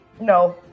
No